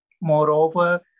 Moreover